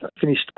finished